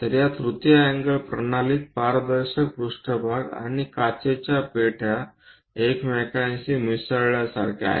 तर या तृतीय अँगल प्रणालीत पारदर्शक पृष्ठभाग आणि काचेच्या पेट्या एकमेकांशी मिसळल्यासारखे आहे